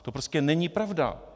To prostě není pravda!